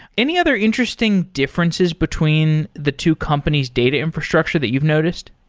any other interesting differences between the two company's data infrastructure that you've noticed?